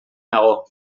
nago